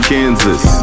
Kansas